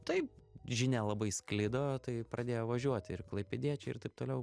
taip žinia labai sklido tai pradėjo važiuot ir klaipėdiečiai ir taip toliau